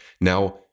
Now